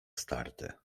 starte